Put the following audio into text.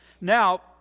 Now